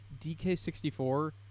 DK64